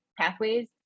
pathways